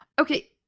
Okay